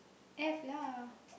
have lah